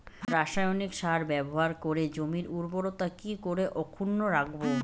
রাসায়নিক সার ব্যবহার করে জমির উর্বরতা কি করে অক্ষুণ্ন রাখবো